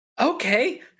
okay